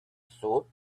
thought